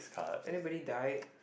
anybody die